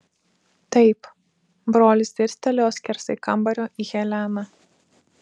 taip brolis dirstelėjo skersai kambario į heleną